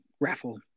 raffle